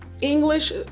English